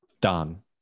done